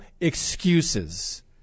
excuses